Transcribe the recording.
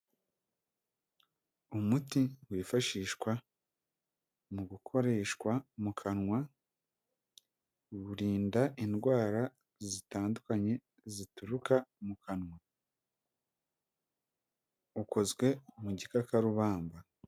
Umuti wifashishwa mu gukoreshwa mu kanwa, urinda indwara zitandukanye zituruka mu kanwa ,ukozwe mu gikakarubamba.